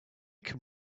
can